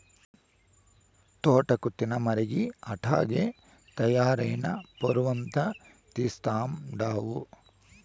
తోటాకు తినమరిగి అట్టాగే తయారై నా పరువంతా తీస్తండావు